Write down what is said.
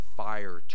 fire